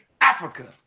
africa